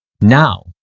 now